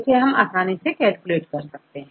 इसे आसानी से कैलकुलेट किया जा सकता है